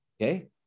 Okay